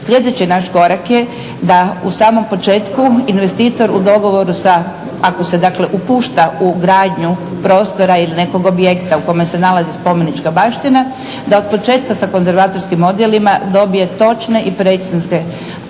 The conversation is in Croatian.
Sljedeći naš korak je da u samom početku investitor u dogovoru sa ako se dakle upušta u gradnju prostora ili nekog objekta u kome se nalazi spomenička baština da od početka sa konzervatorskim odjelima dobije točne i precizne tehničke